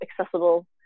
accessible